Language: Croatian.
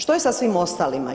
Što je sa svim ostalima?